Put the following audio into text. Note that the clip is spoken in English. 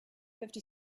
fifty